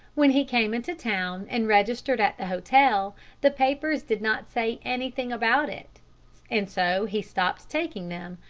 when he came into town and registered at the hotel the papers did not say anything about it and so he stopped taking them,